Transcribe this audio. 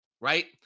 right